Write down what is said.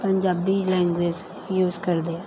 Punjabi language use ਕਰਦੇ ਹਾਂ